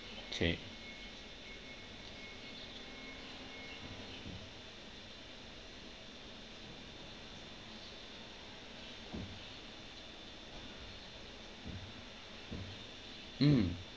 K mm